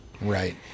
Right